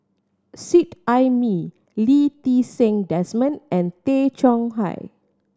Seet Ai Mee Lee Ti Seng Desmond and Tay Chong Hai